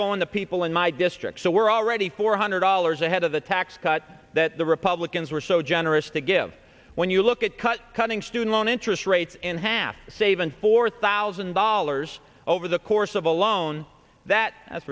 going to people in my district so we're already four hundred dollars ahead of the tax cut that the republicans were so generous to give when you look at cut cutting student loan interest rates in half save and four thousand dollars over the course of a loan that